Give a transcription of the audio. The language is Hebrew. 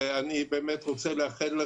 אני באמת, רוצה לאחל.